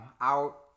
out